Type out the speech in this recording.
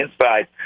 inside